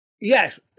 Yes